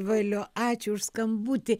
valio ačiū už skambutį